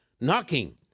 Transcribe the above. knocking